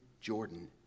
Jordan